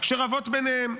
שרבות ביניהן.